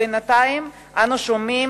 בינתיים אנחנו שומעים